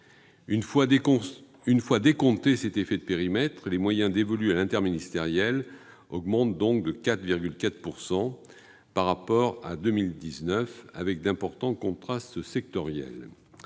Une fois décompté cet effet de périmètre, les moyens dévolus à l'action interministérielle augmentent donc de 4,4 % par rapport à 2019, avec d'importants contrastes sectoriels.